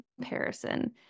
comparison